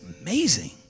amazing